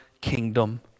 kingdom